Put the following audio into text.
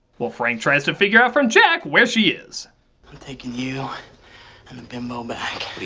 while frank tries to figure out from jack where she is. i'm taking you and the bimbo back.